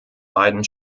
beiden